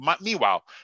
meanwhile